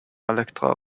elektra